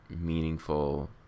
meaningful